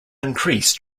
increase